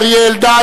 אריה אלדד,